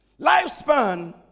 lifespan